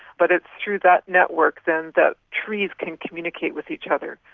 but it's through that network then that trees can communicate with each other,